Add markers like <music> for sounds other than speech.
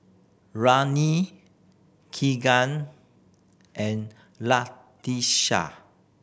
<unintelligible> Keegan and Latisha